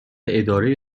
اداره